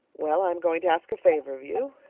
well, i am going to ask a favor of you.